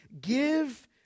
Give